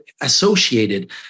associated